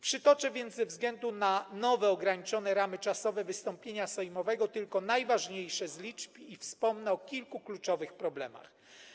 Przytoczę więc, ze względu na nowe ograniczone ramy czasowe wystąpienia sejmowego, tylko najważniejsze z liczb i wspomnę o kilku kluczowych problemach.